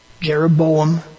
Jeroboam